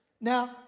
Now